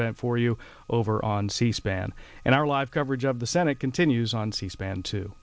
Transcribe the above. t for you over on c span and our live coverage of the senate continues on c span to